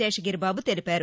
శేషగిరి బాబు తెలిపారు